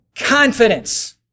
confidence